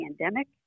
pandemic